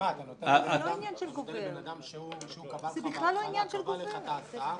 אתה נותן לבן אדם שקבע לך בהתחלה את ההסעה.